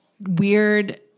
weird